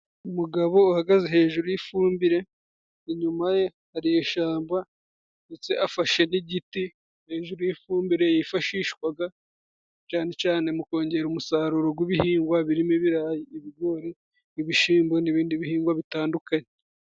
Umugabo uhagaze hejuru y'ifumbire, inyuma ye hari ishyamba, ndetse afashe n'igiti hejuru y'ifumbire, yifashishwa cyane mu kongera umusaruro w'ibihingwa birimo, ibirayi, ibigori, ibishhyimbo, n'ibindi bihingwa bitandukanye.